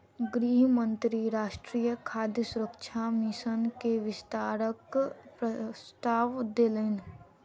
गृह मंत्री राष्ट्रीय खाद्य सुरक्षा मिशन के विस्तारक प्रस्ताव देलैन